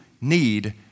need